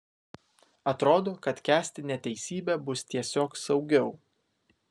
atrodo kad kęsti neteisybę bus tiesiog saugiau